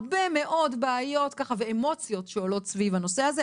הרבה מאוד בעיות ואמוציות שעולות סביב הנושא הזה.